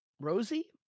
Rosie